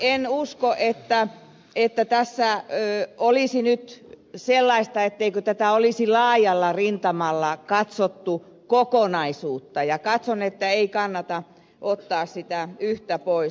en usko että tässä olisi nyt sellaista ettei olisi laajalla rintamalla katsottu kokonaisuutta ja katson että ei kannata ottaa sitä yhtä pois